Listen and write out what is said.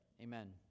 Amen